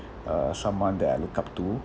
uh someone that I look up to